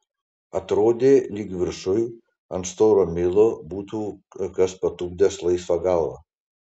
atrodė lyg viršuj ant storo milo būtų kas patupdęs laisvą galvą